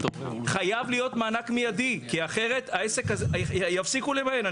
חייב להיות מענק מיידי, אחרת יפסיקו למיין.